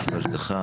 לטיפול והשגחה,